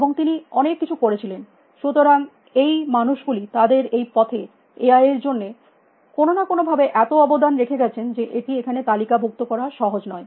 এবং উনি অনেক কিছু করেছিলেন সুতরাং এই মানুষ গুলি তাদের এই পথে এআই এর জন্য কোনো না কোনো ভাবে এত অবদান রেখে গেছেন যে এটি এখানে তালিকা ভুক্ত করা সহজ নয়